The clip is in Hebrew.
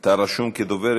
אתה רשום כדובר,